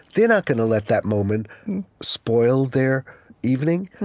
they're not going to let that moment spoil their evening.